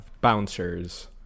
bouncers